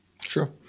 Sure